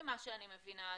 ממה שאני מבינה.